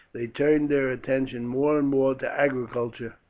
they turned their attention more and more to agriculture.